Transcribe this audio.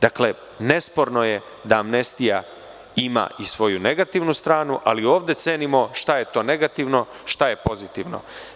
Dakle, nesporno je da amnestija ima i svoju negativnu stranu, ali ovde cenimo šta je to negativno, šta je pozitivno.